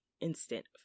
instant